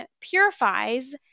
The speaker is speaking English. purifies